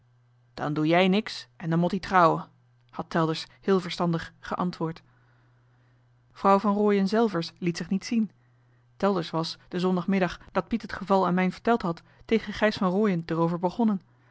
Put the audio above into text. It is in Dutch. dan doe jij niks en dan mot ie trouwen had telders heel verstandig geantwoord vrouw van rooien zelvers liet zich niet zien telders was de zondagmiddag dat piet het geval aan mijn verteld had tegen gijs van rooien durover begonnen